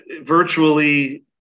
virtually